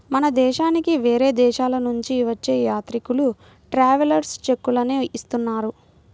మన దేశానికి వేరే దేశాలనుంచి వచ్చే యాత్రికులు ట్రావెలర్స్ చెక్కులనే ఇస్తున్నారు